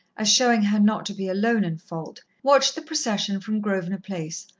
as showing her not to be alone in fault, watched the procession from grosvenor place,